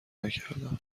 نکردم